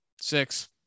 Six